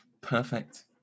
perfect